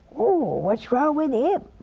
ooh, what's wrong with him?